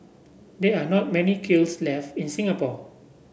there are not many kilns left in Singapore